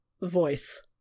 voice